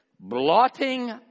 Blotting